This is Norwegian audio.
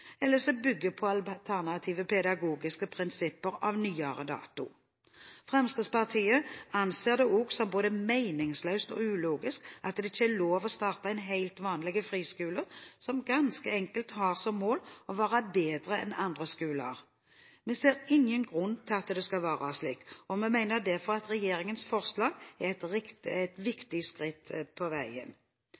eller realfag, eller som bygger på alternative pedagogiske prinsipper av nyere dato. Fremskrittspartiet anser det også som både meningsløst og ulogisk at det ikke er lov å starte en helt vanlig friskole som ganske enkelt har som mål å være bedre enn andre skoler. Vi ser ingen grunn til at det skal være slik, og vi mener derfor at regjeringens forslag er et viktig skritt på veien.